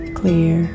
clear